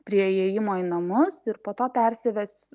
prie įėjimo į namus ir po to persives